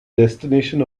destination